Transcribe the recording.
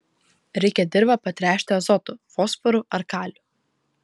reikia dirvą patręšti azotu fosforu ar kaliu